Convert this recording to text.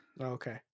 okay